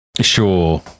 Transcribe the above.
Sure